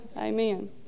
amen